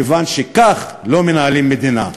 מכיוון שכך לא מנהלים מדינה.